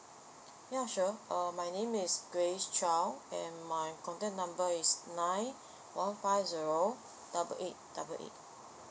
ya sure uh my name is grace chow and my contact number is nine one five zero double eight double eight